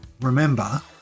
remember